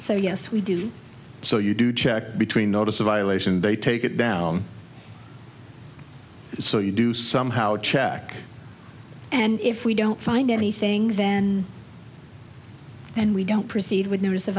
so yes we do so you do check between notice a violation they take it down so you do somehow check and if we don't find anything then and we don't proceed w